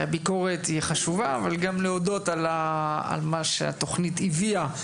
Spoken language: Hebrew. ביקורת היא חשובה אבל גם להודות על מה שהתוכנית הביאה,